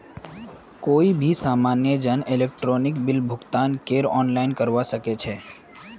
कोई भी सामान्य जन इलेक्ट्रॉनिक बिल भुगतानकेर आनलाइन करवा सके छै